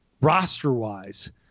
roster-wise